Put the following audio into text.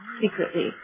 secretly